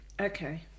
Okay